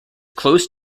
close